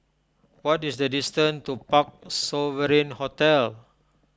what is the distance to Parc Sovereign Hotel